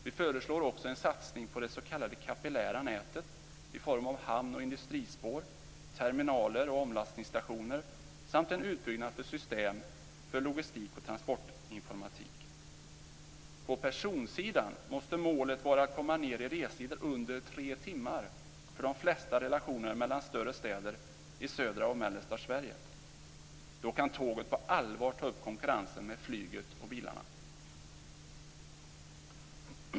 Vi föreslår också en satsning på det s.k. kapillära nätet i form av hamn och industrispår, terminaler och omlastningsstationer samt en utbyggnad av system för logistik och transportinformatik. På personsidan måste målet vara att komma ned i restider under tre timmar för de flesta relationer mellan större städer i södra och mellersta Sverige. Då kan tåget på allvar ta upp konkurrensen med flyget och bilarna.